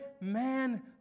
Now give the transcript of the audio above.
man